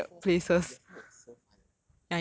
eh year four year four was so fun eh